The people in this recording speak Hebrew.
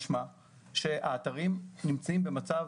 משמע שהאתרים נמצאים במצב